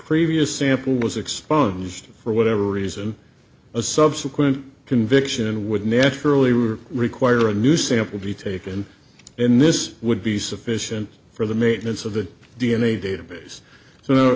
previous sample was expunged for whatever reason a subsequent conviction would naturally were required or a new sample be taken and this would be sufficient for the maintenance of the d n a database so